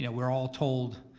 you know we're all told,